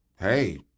hey